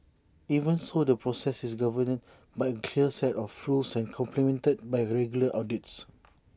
even so the process is governed by clear set of rules and complemented by regular audits